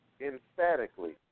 emphatically